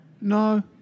No